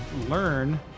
learn